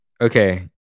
Okay